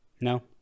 No